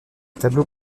tableau